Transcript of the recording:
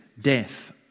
death